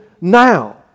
now